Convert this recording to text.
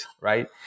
right